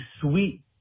sweet